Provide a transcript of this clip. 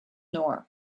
noir